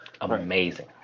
Amazing